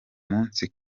munsi